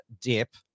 dip